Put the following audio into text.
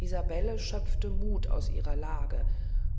isabelle schöpfte muth aus ihrer lage